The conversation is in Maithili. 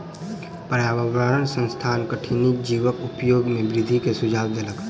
पर्यावरण संस्थान कठिनी जीवक उपयोग में वृद्धि के सुझाव देलक